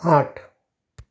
आट